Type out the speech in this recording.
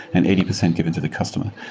and eighty percent given to the customer.